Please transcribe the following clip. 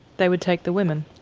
they would take the women?